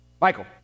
Michael